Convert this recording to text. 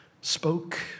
spoke